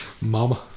Mama